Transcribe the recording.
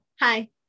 Hi